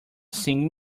sing